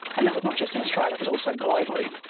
and that was not just in australia, that was also globally.